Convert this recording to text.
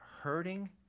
hurting